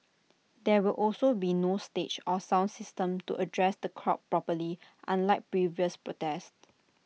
there will also be no stage or sound system to address the crowd properly unlike previous protests